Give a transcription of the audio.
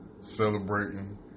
celebrating